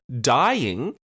dying